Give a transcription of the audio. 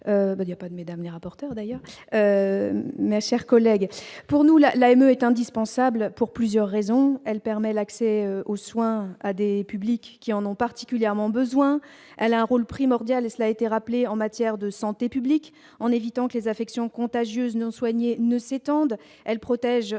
Badia, pas de mesdames et rapporteur d'ailleurs mais chers collègues. Pour nous, la la haine est indispensable pour plusieurs raisons : elle permet l'accès aux soins à des publics qui en ont particulièrement besoin, elle a un rôle primordial et cela a été rappelé en matière de santé publique, en évitant que les affections contagieuses non soignée, ne s'étende, elle protège aussi de soins